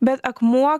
bet akmuo